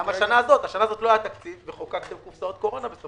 גם בשנה הזאת לא היה תקציב וחוקקתם קופסאות קורונה.